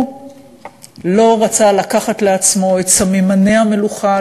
הוא לא רצה לקחת לעצמו את סממני המלוכה,